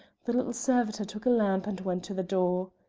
the little servitor took a lamp and went to the door.